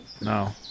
No